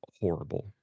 horrible